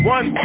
One